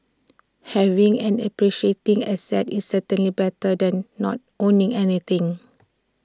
having an appreciating asset is certainly better than not owning anything